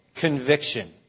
conviction